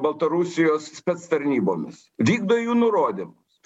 baltarusijos spec tarnybomis vykdo jų nurodymus